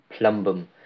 plumbum